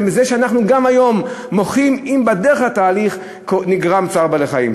ואנחנו מוחים גם היום אם בדרך לתהליך נגרם צער בעלי-חיים.